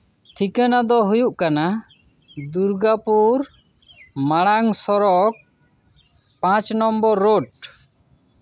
ᱴᱷᱟᱠᱟᱱᱟ ᱫᱚ ᱦᱩᱭᱩᱜ ᱠᱟᱱᱟ ᱫᱩᱨᱜᱟᱯᱩᱨ ᱢᱟᱲᱟᱝ ᱥᱚᱲᱚᱠ ᱯᱟᱸᱪ ᱱᱚᱢᱵᱚᱨ ᱨᱳᱰ